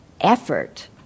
effort